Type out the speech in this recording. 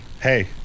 Hey